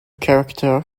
character